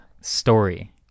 story